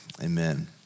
amen